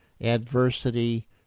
adversity